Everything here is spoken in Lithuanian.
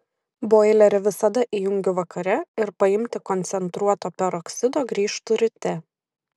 boilerį visada įjungiu vakare ir paimti koncentruoto peroksido grįžtu ryte